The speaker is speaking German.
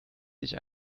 sich